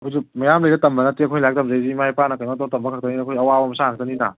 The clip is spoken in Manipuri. ꯑꯩꯈꯣꯏꯁꯨ ꯃꯌꯥꯝ ꯂꯩꯗꯅ ꯇꯝꯕ ꯅꯠꯇꯦ ꯑꯩꯈꯣꯏ ꯂꯥꯏꯔꯤꯛ ꯇꯝꯖꯩꯁꯦ ꯏꯃꯥ ꯏꯄꯥꯅ ꯀꯩꯅꯣ ꯇꯧꯔ ꯇꯝꯕ ꯈꯛꯇꯅꯤ ꯑꯩꯈꯣꯏ ꯑꯋꯥꯕ ꯃꯆꯥ ꯉꯛꯇꯅꯤꯅ